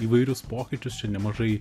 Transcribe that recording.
įvairius pokyčius čia nemažai